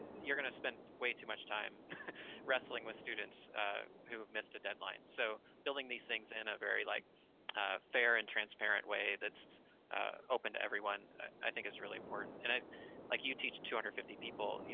you're gonna spend way too much time wrestling with students who have missed a deadline, so building these things in a very like fair, and transparent way that's open to everyone i think is really important, and i like you teach two hundred and fifty people, you